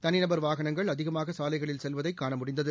தனிநபர் வாகனங்கள் அதிகமாக சாலைகளில் செல்வதை காண முடிந்தது